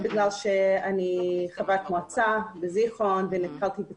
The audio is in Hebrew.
בגלל שאני חברת מועצה בזיכרון יעקב ואני